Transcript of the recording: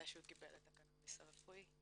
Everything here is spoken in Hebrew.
מתי שהוא קיבל את הקנאביס הרפואי.